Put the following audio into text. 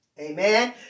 Amen